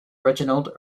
reginald